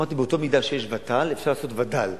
אמרתי: באותה מידה שיש ות"ל אפשר לעשות וד"ל,